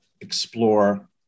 explore